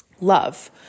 love